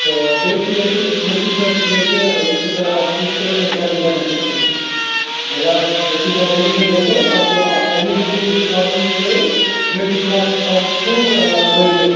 تہٕ بیٚیہِ چھِ ییٚتِیُک پرٛوٚسیٖجَر چھُ ییٚتہِ ییٚتہِ چھُو تۄہہِ اَکھ چیٖز پیمٮ۪نٛٹ کَرٕنۍ گۄڈنٮ۪تھٕے فیٖسٕچ مَطلب یُتھُے تۄہہِ اٮ۪ڈمِشن گَژھیو تۄہہِ چھُو اَکھ اٮ۪ڈمِشن فیٖس تہِ کَرُن پے بیٚیہِ چھُو پٕلَس تۄہہِ فُل ؤرۍیُک